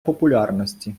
популярності